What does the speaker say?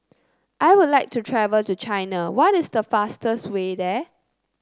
I would like to travel to China what is the fastest way there